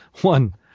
one